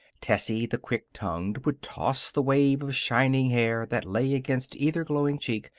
tessie, the quick-tongued, would toss the wave of shining hair that lay against either glowing cheek.